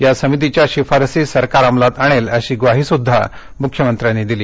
या समितीच्या शिफारसी सरकार अमलात आणेल अशी ग्वाहीसुद्धा मुख्यमंत्र्यांनी दिली